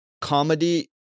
comedy